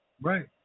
Right